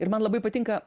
ir man labai patinka